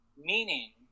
Meaning